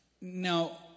now